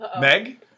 Meg